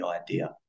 idea